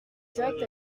directs